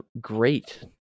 great